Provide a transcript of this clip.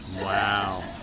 wow